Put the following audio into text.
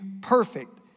perfect